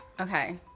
Okay